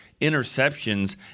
interceptions